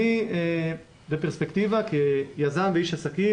אני בפרספקטיבה כיזם ואיש עסקים,